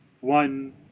one